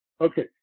Okay